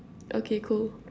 okay cool